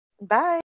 bye